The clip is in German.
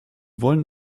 wollen